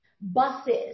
buses